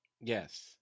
Yes